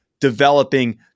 developing